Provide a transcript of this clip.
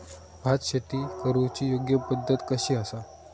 भात शेती करुची योग्य पद्धत कशी आसा?